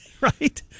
Right